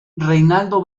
reinaldo